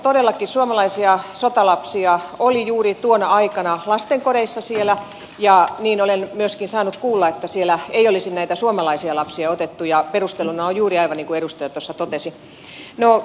todellakin suomalaisia sotalapsia oli juuri tuona aikana lastenkodeissa siellä ja niin olen myöskin saanut kuulla että siellä ei olisi lakiin näitä suomalaisia lapsia otettu ja perusteluina ovat juuri aivan ne kuin edustaja tuossa totesi